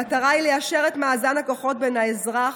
המטרה היא ליישר את מאזן הכוחות בין האזרח,